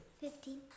Fifteen